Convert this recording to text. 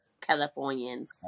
Californians